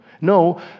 No